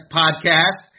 podcast